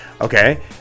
okay